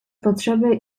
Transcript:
potrzeby